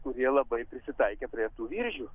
kurie labai prisitaikę prie tų viržių